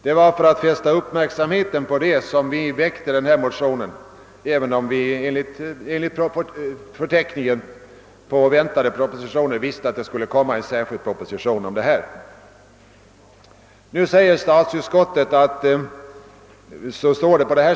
Det var för att fästa uppmärksamheten härpå som vi väckte motionen, trots att vi — som nämnt — av förteckningen på väntade propositioner såg att en särskild proposition härom skulle framläggas.